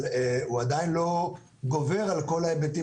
אבל הוא עדיין לא גובר על כל ההיבטים